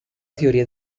teoria